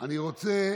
אני רוצה